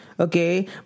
Okay